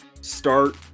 Start